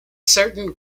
certain